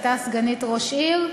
הייתה סגנית ראש העיר,